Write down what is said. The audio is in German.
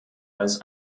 als